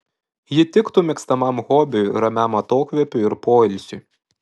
ji tiktų mėgstamam hobiui ramiam atokvėpiui ir poilsiui